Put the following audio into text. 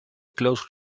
close